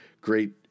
great